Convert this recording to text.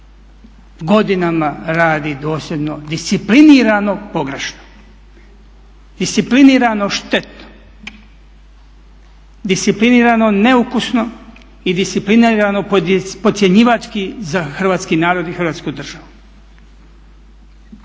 Godinama radi dosljedno, disciplinirano pogrešno, disciplinirano štetno, disciplinirano neukusno i disciplinirano podcjenjivački za hrvatski narod i Hrvatsku državu.